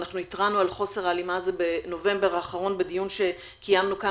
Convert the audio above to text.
התרענו על חוסר ההלימה הזה בנובמבר האחרון בדיון שקיימנו כאן